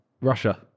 russia